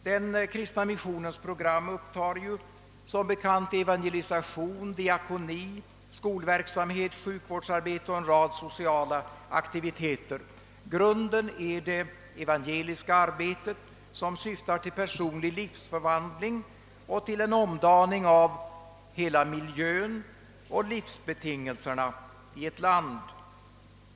Den kristna missionens program upptar som bekant evangelisation, diakoni, skolverksamhet, sjukvårdsarbete och en rad sociala aktiviteter. Grunden är det evangeliska arbetet, som syftar till personlig livsförvandling och till en omdaning av själva miljön och livsbetingelserna i ett land.